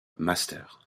master